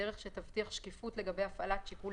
בדרך שתבטיח שקיפות לגבי הפעלת שיקול